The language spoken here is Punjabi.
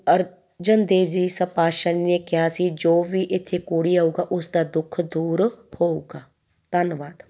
ਅਰਜਨ ਦੇਵ ਜੀ ਸਾਹਿਬ ਪਾਤਸ਼ਾਹ ਨੇ ਕਿਹਾ ਸੀ ਜੋ ਵੀ ਇਥੇ ਕੋਹੜੀ ਆਊਗਾ ਉਸ ਦਾ ਦੁੱਖ ਦੂਰ ਹੋਊਗਾ ਧੰਨਵਾਦ